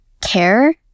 care